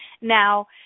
Now